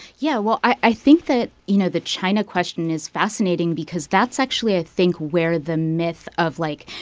yeah. well, i think that, you know, the china question is fascinating because that's actually, i think, where the myth of, like,